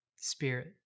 Spirit